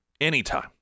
Anytime